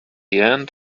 end